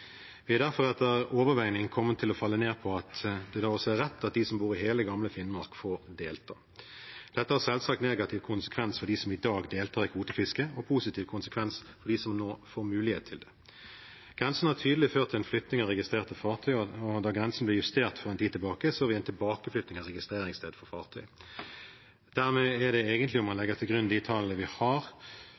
Vi har derfor etter overveielse kommet til å falle ned på at det da også er rett at de som bor i hele gamle Finnmark, får delta. Dette har selvsagt negativ konsekvens for dem som i dag deltar i kvotefisket, og positiv konsekvens for dem som nå får mulighet til det. Grensen har tydelig ført til en flytting av registrerte fartøy, og da grensen ble justert for en tid tilbake, så vi en tilbakeflytting av registreringssted for fartøy. Om man legger til grunn de tallene vi har,